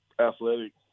athletic